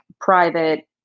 private